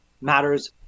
matters